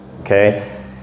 okay